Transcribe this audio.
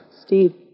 Steve